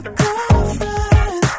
girlfriend